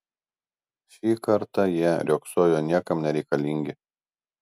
šį kartą jie riogsojo niekam nereikalingi